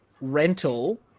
rental